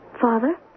Father